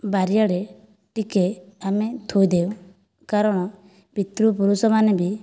ବାରିଆଡ଼େ ଟିକେ ଆମେ ଥୋଇ ଦେଉ କାରଣ ପିତୃପୁରୁଷ ମାନେ ବି